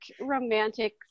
romantic